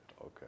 okay